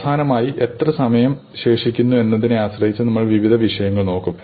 അവസാനമായി എത്ര സമയം ശേഷിക്കുന്നു എന്നതിനെ ആശ്രയിച്ച് നമ്മൾ വിവിധ വിഷയങ്ങൾ നോക്കും